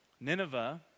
Nineveh